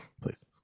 please